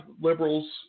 liberals